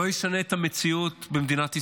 לא ישנה את המציאות במדינת ישראל: